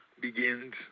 begins